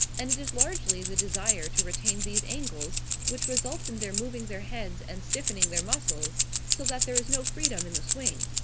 and it is largely the desire to retain these angles which results in their moving their heads and stiffening their muscles so that there is no freedom in the swing.